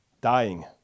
dying